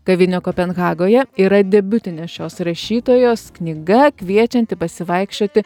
kavinė kopenhagoje yra debiutinė šios rašytojos knyga kviečianti pasivaikščioti